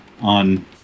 on